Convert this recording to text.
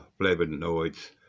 flavonoids